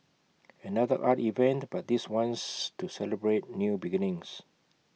another art event but this one's to celebrate new beginnings